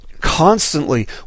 constantly